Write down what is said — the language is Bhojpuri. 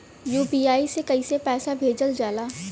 यू.पी.आई से कइसे पैसा भेजल जाला?